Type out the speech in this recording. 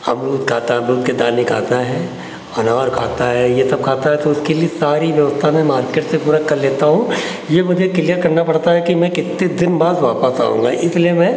अमरूद खाता है अमरूद के दाने खाता है अनार खाता है यह सब खाता है तो उसके लिए सारी व्यवस्था मैं मार्केट से पूरा कर लेता हूँ यह मुझे क्लियर करना पड़ता है कि मैं कितने दिन बाद वापस आऊँगा इसलिए मैं